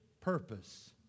purpose